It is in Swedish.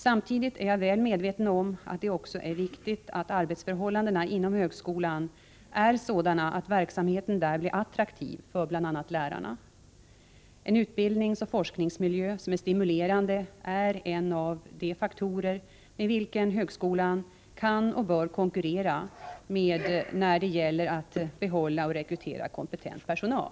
Samtidigt är jag väl medveten om att det också är viktigt att arbetsförhållandena inom högskolan är sådana att verksamheten där blir attraktiv för bl.a. lärarna. En utbildningsoch forskningsmiljö som är stimulerande är en av de faktorer med vilka högskolan kan och bör konkurrera när det gäller att behålla och rekrytera kompetent personal.